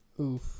Oof